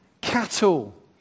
cattle